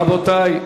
רבותי,